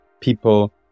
people